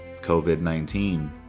COVID-19